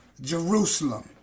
Jerusalem